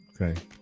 Okay